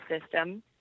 system